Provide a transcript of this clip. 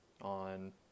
on